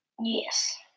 Yes